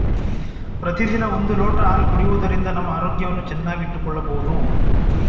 ಪ್ರತಿದಿನ ಒಂದು ಲೋಟ ಹಾಲು ಕುಡಿಯುವುದರಿಂದ ನಮ್ಮ ಆರೋಗ್ಯವನ್ನು ಚೆನ್ನಾಗಿ ಇಟ್ಟುಕೊಳ್ಳಬೋದು